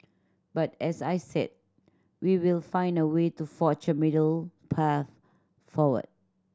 but as I said we will find a way to forge a middle path forward